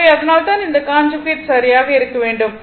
எனவே அதனால்தான் இந்த கான்ஜுகேட் சரியாக இருக்க வேண்டும்